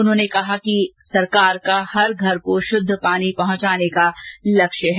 उन्होंने कहा कि सरकार का हर घर को शुद्ध पानी पहुंचाने का लक्ष्य है